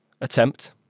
attempt